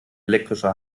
elektrischer